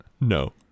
no